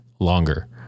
longer